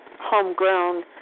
homegrown